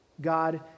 God